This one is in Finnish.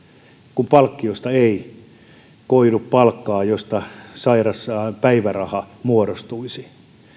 kun palkkiosta ei koidu palkkaa josta sairauspäiväraha muodostuisi